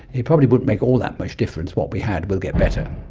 it probably wouldn't make all that much difference what we had, we'll get better.